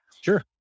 Sure